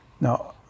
Now